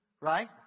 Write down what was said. right